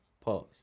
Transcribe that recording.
pause